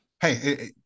hey